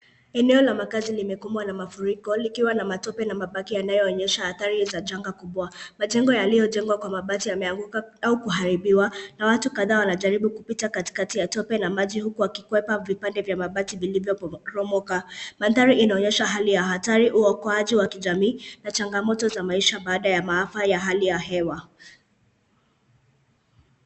Eneo la makazi limekumbwa na mafuriko likiwa na matope na mabaki yanayoonyesha athari za janga kubwa. Majengo yaliyojengwa kwa mabati yameanguka au kuharibiwa, na watu kadhaa wanajaribu kupita katikati ya tope na maji huku wakikwepa vipande vya mabati vilivyoporomoka. Mandhari inaonyesha hali ya hatari, uokoaji wa kijamii, na changamoto za maisha baada ya maafa ya hali ya hewa.